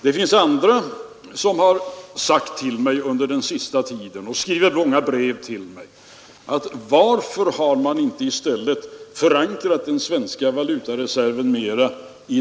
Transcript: Det finns andra som frågat mig, bl.a. i långa brev, varför man inte har förankrat den svenska valutareserven i guld.